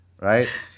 Right